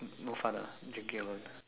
no fun ah drinking alone